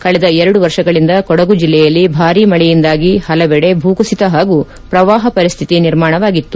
ಕಳೆದ ಎರಡು ವರ್ಷಗಳಿಂದ ಕೊಡಗು ಜಿಲ್ಲೆಯಲ್ಲಿ ಭಾರೀ ಮಳೆಯಿಂದಾಗಿ ಪಲವೆಡೆ ಭೂಕುಸಿತ ಹಾಗೂ ಪ್ರವಾಪ ಪರಿಸ್ತಿತಿ ನಿರ್ಮಾಣವಾಗಿತ್ತು